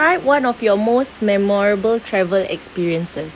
one of your most memorable travel experiences